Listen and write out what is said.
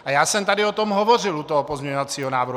A já jsem tady o tom hovořil u toho pozměňovacího návrhu.